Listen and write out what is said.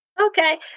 Okay